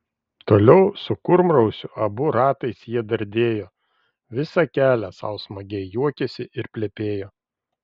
toliau su kurmrausiu abu ratais jie dardėjo visą kelią sau smagiai juokėsi ir plepėjo